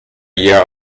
year